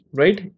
right